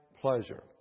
pleasure